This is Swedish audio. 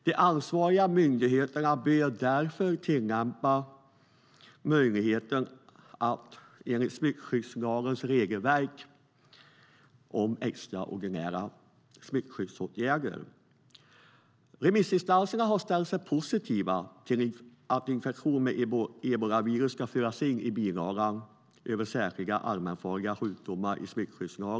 De ansvariga myndigheterna bör därför ha möjlighet att tillämpa smittskyddslagens regelverk om extraordinära smittskyddsåtgärder. Remissinstanserna har ställt sig positiva till att infektion med ebolavirus ska föras in i bilagan i smittskyddslagen över särskilda allmänfarliga sjukdomar.